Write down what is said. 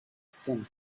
some